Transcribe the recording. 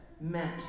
meant